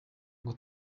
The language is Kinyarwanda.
ngo